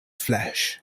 flesh